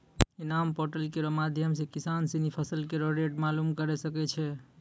इनाम पोर्टल केरो माध्यम सें किसान सिनी फसल केरो रेट मालूम करे सकै छै